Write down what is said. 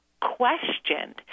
questioned